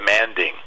demanding